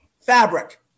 Fabric